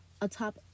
Atop